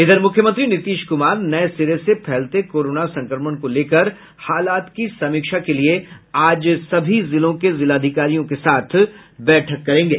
इधर मुख्यमंत्री नीतीश कुमार नये सिरे से फैलते कोरोना संक्रमण को लेकर हालात की समीक्षा के लिए आज सभी जिलों के जिलाधिकारियों के साथ बैठक करेंगे